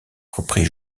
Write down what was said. reprit